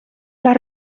las